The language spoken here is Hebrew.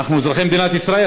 אנחנו אזרחי מדינת ישראל,